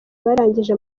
barangije